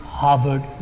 Harvard